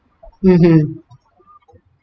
mmhmm